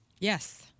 Yes